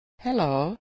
Hello